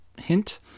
hint